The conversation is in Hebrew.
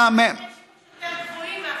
דמי השימוש יותר גבוהים מהחשבון.